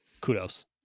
kudos